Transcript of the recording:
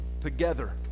together